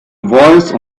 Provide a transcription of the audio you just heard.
voice